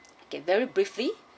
okay very briefly